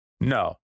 No